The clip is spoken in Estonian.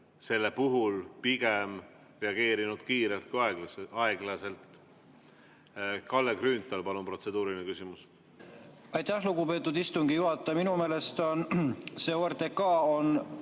selle puhul pigem reageerinud kiirelt kui aeglaselt. Kalle Grünthal, palun, protseduuriline küsimus. Aitäh, lugupeetud istungi juhataja! Minu meelest on see